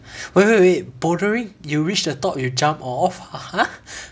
wait wait wait bouldering you reach the top you jump off !huh!